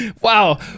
Wow